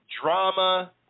drama